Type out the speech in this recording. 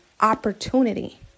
opportunity